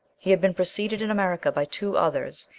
he had been preceded in america by two others,